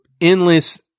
endless